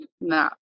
no